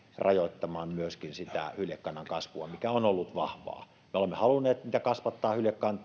rajoittamaan myöskin sitä hyljekannan kasvua mikä on ollut vahvaa me olemme halunneet hyljekantaa kasvattaa